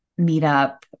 meetup